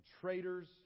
traitors